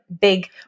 big